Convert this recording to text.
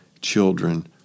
children